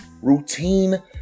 Routine